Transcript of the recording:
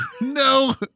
No